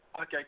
Okay